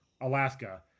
Alaska